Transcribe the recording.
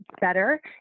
better